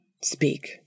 speak